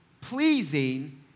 pleasing